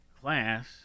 class